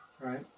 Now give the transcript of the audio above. Right